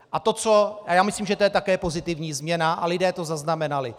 A já myslím, že to je také pozitivní změna a lidé to zaznamenali.